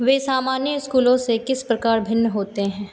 वे सामान्य स्कूलों से किस प्रकार भिन्न होते हैं